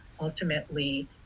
ultimately